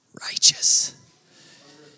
righteous